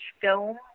film